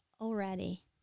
already